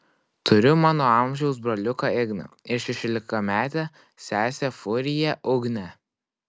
turiu mano amžiaus broliuką igną ir šešiolikametę sesę furiją ugnę